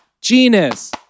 Genus